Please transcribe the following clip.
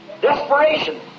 desperation